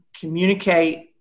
Communicate